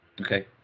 Okay